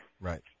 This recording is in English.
Right